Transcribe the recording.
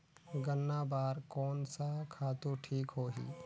गन्ना बार कोन सा खातु ठीक होही?